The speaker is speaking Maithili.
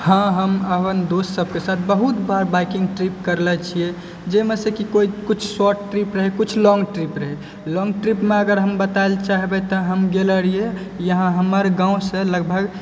हँ हम अपन दोस्त सबके साथ बहुत बार बाइकिंग ट्रिप करने छियै जाहिमे से कोई किछु शॉर्ट ट्रिप रहै किछु लॉन्ग ट्रिप रहइ लॉन्ग ट्रिपमे अगर हम बताए लए चाहबै तऽ हम गेलो रहियै यहाँ हमर गाँव से लगभग